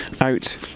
out